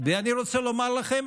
ואני רוצה לומר לכם